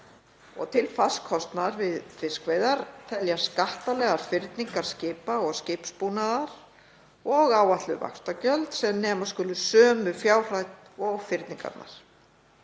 Til fasts kostnaðar við fiskveiðar teljast skattalegar fyrningar skipa og skipsbúnaðar og áætluð vaxtagjöld sem nema skulu sömu fjárhæð og fyrningarnar.